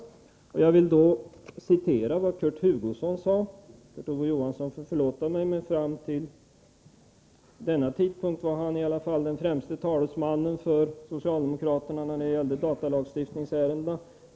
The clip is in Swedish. Jag vill citera vad Kurt Hugosson sade i debatten om ändring i datalagen 1979 — Kurt Ove Johansson får förlåta mig, men fram till denna tidpunkt var Kurt Hugosson den främste talesmannen för socialdemokraterna när det gäller datalagstiftningsärenden.